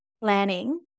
planning